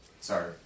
sorry